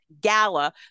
gala